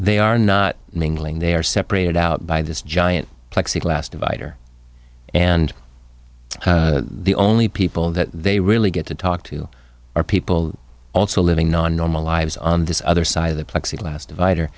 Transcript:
they are not mingling they are separated out by this giant plexiglas divider and the only people that they really get to talk to are people also living non normal lives on this other side of the plexiglass divider